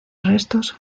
restos